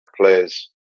players